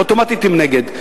אוטומטית הם נגד.